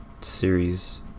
series